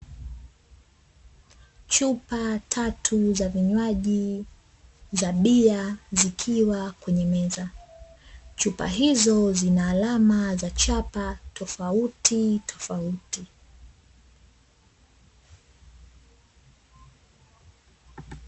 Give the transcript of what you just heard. Chupa tatu za vinywaji za bia zikiwa kwenye meza, chupa izo zina alama za chapa tofautitofauti.